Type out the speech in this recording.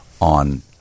on